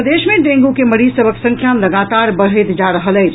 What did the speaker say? प्रदेश मे डेंगू के मरीज सभक संख्या लगातार बढ़ैत जा रहल अछि